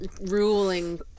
ruling